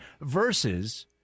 versus-